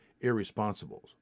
irresponsible